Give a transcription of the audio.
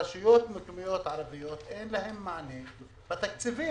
לרשויות מקומיות ערביות אין מענה בתקציבים.